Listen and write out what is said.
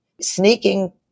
sneaking